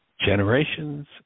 Generations